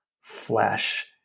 flesh